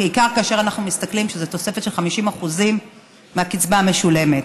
בעיקר כאשר אנחנו מסתכלים על כך שזה תוספת של 50% מהקצבה המשולמת.